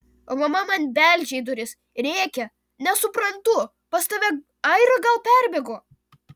o mama man beldžia į duris rėkia nesuprantu pas tave aira gal perbėgo